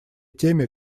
теми